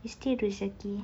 it's still rezeki